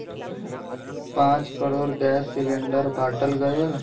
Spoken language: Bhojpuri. पाँच करोड़ गैस सिलिण्डर बाँटल गएल